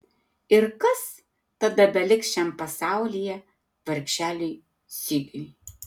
ir kas tada beliks šiam pasaulyje vargšeliui sigiui